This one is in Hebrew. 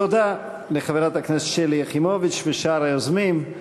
תודה לחברת הכנסת שלי יחימוביץ ושאר היוזמים.